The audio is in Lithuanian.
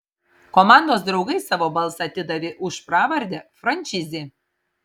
komandos draugai savo balsą atidavė už pravardę frančizė